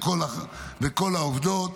ולכל העובדות,